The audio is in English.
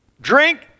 Drink